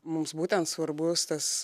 mums būtent svarbus tas